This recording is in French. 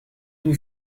d’où